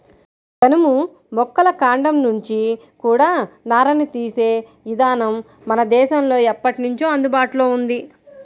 జనుము మొక్కల కాండం నుంచి కూడా నారని తీసే ఇదానం మన దేశంలో ఎప్పట్నుంచో అందుబాటులో ఉంది